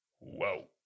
Whoa